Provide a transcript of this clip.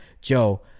Joe